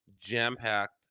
jam-packed